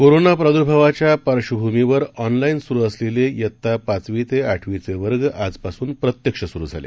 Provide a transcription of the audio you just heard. कोरोनाप्रादुर्भावाच्यापार्श्वभूमीवरऑनलाईनसुरुअसलेले वित्तापाचवीतेआठवीचेवर्गआजपासूनप्रत्यक्षसुरुझाले